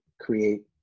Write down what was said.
create